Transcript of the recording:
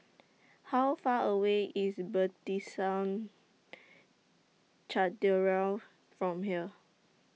How Far away IS Cathedral from here